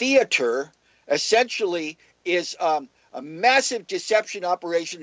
theater essentially is a massive deception operation